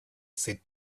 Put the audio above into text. said